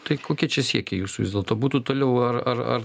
tai kokie čia siekiai jūsų vis dėlto būtų toliau ar ar ar